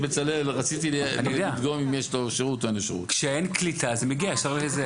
כשאין קליטה זה מגיע ישר לזה.